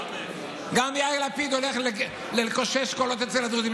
גם יאיר לפיד הולך לקושש קולות אצל הדרוזים,